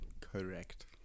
correct